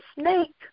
snake